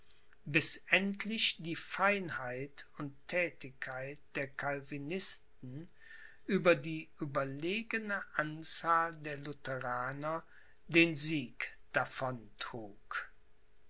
bis endlich die feinheit und thätigkeit der calvinisten über die überlegene anzahl der lutheraner den sieg davon